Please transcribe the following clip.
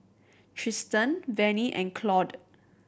Tristan Vannie and Claude